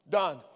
done